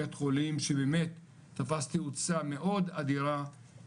בית חולים שבאמת תפס תאוצה מאוד אדירה,